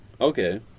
Okay